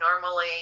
normally